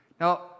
Now